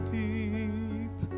deep